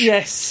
Yes